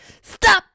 Stop